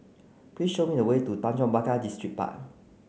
please show me the way to Tanjong Pagar Distripark